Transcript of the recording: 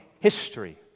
history